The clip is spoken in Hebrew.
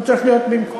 לא צריך להיות במקום.